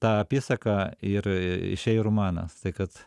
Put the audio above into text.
tą apysaką ir išėjo romanas tai kad